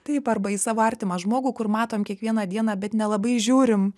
taip arba į savo artimą žmogų kur matom kiekvieną dieną bet nelabai žiūrim